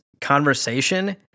conversation